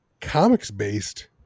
comics-based